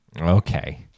Okay